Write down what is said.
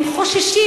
הם חוששים.